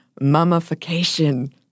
mummification